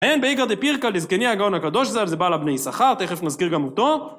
אין בעיגר דה פירקה לזקני הגאון הקדוש זה על זה בא לבנייס אחר, תכף נזכיר גם אותו